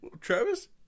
Travis